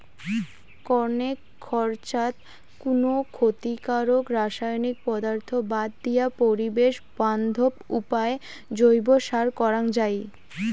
কণেক খরচাত কুনো ক্ষতিকারক রাসায়নিক পদার্থ বাদ দিয়া পরিবেশ বান্ধব উপায় জৈব সার করাং যাই